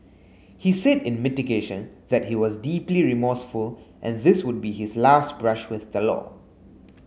he said in mitigation that he was deeply remorseful and this would be his last brush with the law